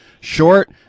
short